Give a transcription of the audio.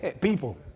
people